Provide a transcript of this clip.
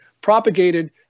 propagated